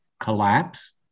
collapse